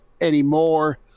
anymore